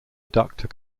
adductor